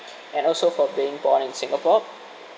and also for being born in singapore